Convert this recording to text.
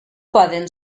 poden